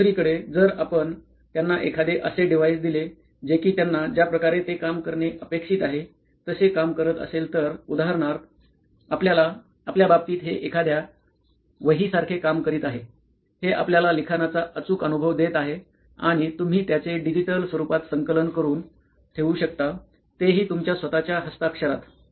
दुसरीकडे जर आपण त्यांना एखादे असे डिव्हाइस दिले जे कि त्यांना ज्याप्रकारे ते काम करणे अपेक्षित आहे तसे काम करत असेल तर उदाहरणार्थ आपल्या बाबतीत हे एखाद्या वाहीसारखे काम करीत आहे हे आपल्याला लिखाणाचा अचूक अनुभव देत आहे आणि तुम्ही त्याचे डिजिटल स्वरूपात संकलन करून ठेऊ शकता तेही तुमच्या स्वतःच्या हस्ताक्षरात